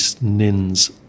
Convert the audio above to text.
Nin's